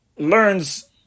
Learns